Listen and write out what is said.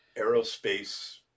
aerospace